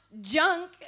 junk